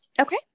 Okay